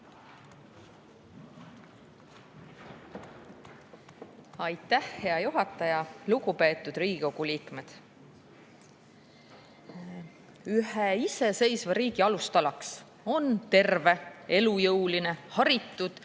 Aitäh, hea juhataja! Lugupeetud Riigikogu liikmed! Ühe iseseisva riigi alustalaks on terve, elujõuline, haritud